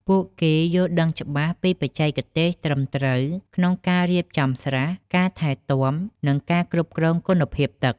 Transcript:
ពួកគេយល់ដឹងច្បាស់ពីបច្ចេកទេសត្រឹមត្រូវក្នុងការរៀបចំស្រះ ការថែទាំ និងការគ្រប់គ្រងគុណភាពទឹក។